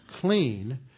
clean